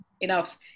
enough